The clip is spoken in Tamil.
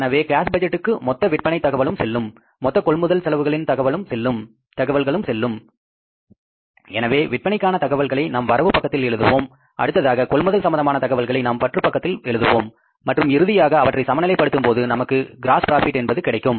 எனவே கேஸ்பட்ஜெட்டுக்கு மொத்த விற்பனை தகவலும் செல்லும் மொத்த கொள்முதல் செலவுகளின் தகவல்களும் அங்கு இருக்கும் எனவே விற்பனைக்கான தகவல்களை நாம் வரவு பக்கத்தில் எழுதுவோம் அடுத்ததாக கொள்முதல் சம்பந்தமான தகவல்களை நாம் பற்று பக்கத்தில் எழுதுவோம் மற்றும் இறுதியாக அவற்றை சமநிலைப் படுத்தும் போது நமக்கு க்ராஸ் ப்ராபிட் என்பது கிடைக்கும்